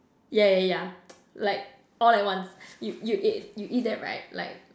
yeah yeah yeah like all at once you you eat you eat that right like